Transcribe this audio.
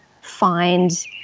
find